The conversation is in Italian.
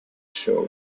show